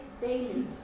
daily